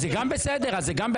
זה גם לא בסדר.